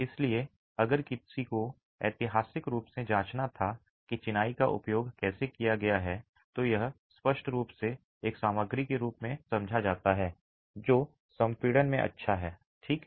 इसलिए अगर किसी को ऐतिहासिक रूप से जांचना था कि चिनाई का उपयोग कैसे किया गया है तो यह स्पष्ट रूप से एक सामग्री के रूप में समझा जाता है जो संपीड़न में अच्छा है ठीक है